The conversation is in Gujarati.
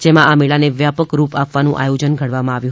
જેમાં આ મેળાને વ્યાપક રૂપ આપવાનું આયોજન પણ ઘડવામાં આવ્યું છે